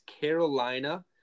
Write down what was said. Carolina